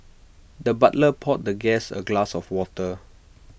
the butler poured the guest A glass of water